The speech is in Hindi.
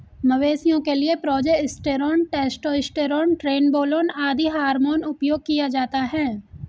मवेशियों के लिए प्रोजेस्टेरोन, टेस्टोस्टेरोन, ट्रेनबोलोन आदि हार्मोन उपयोग किया जाता है